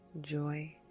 joy